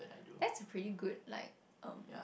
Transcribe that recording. that's pretty good like um